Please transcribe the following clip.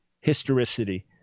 historicity